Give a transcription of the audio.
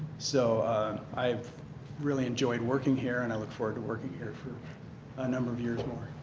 so i really enjoyed working here and i look forward to working here for a number of years more.